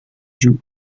zoo